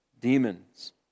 demons